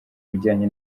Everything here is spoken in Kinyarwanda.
bijyanye